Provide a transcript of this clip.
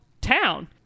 town